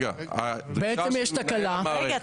בעצם יש תקלה- -- רגע,